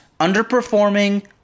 underperforming